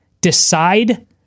decide